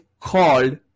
called